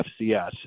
FCS